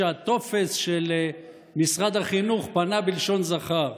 שהטופס של משרד החינוך פנה בלשון זכר.